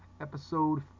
episode